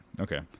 okay